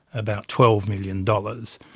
about twelve million dollars.